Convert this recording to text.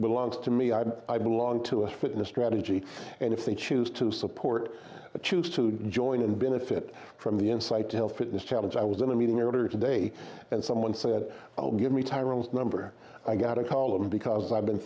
belongs to me i belong to a fitness strategy and if they choose to support choose to join and benefit from the insight till fitness challenge i was in a meeting earlier today and someone said oh give me tyrol's number i got a call because i've been